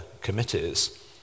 committees